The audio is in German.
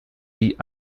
wie